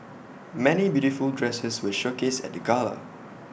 many beautiful dresses were showcased at the gala